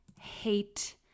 hate –